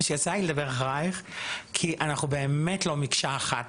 שיצא לי לדבר אחרייך, כי אנחנו באמת לא מקשה אחת.